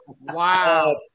Wow